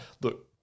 look